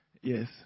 Yes